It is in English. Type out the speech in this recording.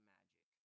Magic